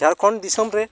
ᱡᱷᱟᱲᱠᱷᱚᱸᱰ ᱫᱤᱥᱚᱢᱨᱮ